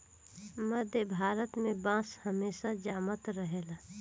मध्य भारत में बांस हमेशा जामत रहेला